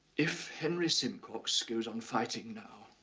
if henry simcox goes on fighting now